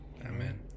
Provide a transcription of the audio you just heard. Amen